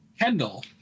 Kendall